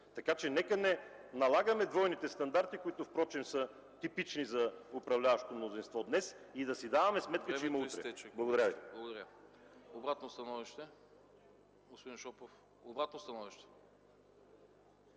комисия. Нека не налагаме двойните стандарти, които впрочем са типични за управляващото мнозинство днес, и да си даваме сметка, че има утре. Благодаря Ви.